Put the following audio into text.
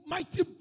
Mighty